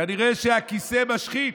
כנראה הכיסא משחית.